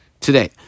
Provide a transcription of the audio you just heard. today